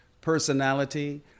personality